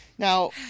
Now